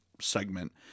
segment